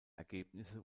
ergebnisse